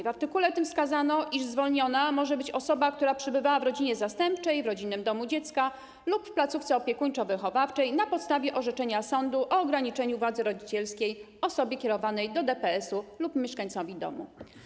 W artykule tym wskazano, iż zwolniona z odpłatności może być osoba, która przebywała w rodzinie zastępczej, w rodzinnym domu dziecka lub w placówce opiekuńczo-wychowawczej na podstawie orzeczenia sądu o ograniczeniu władzy rodzicielskiej osobie kierowanej do DPS-u lub mieszkańcowi domu.